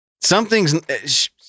Something's